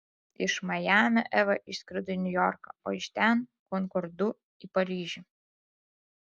iš majamio eva išskrido į niujorką o iš ten konkordu į paryžių